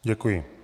Děkuji.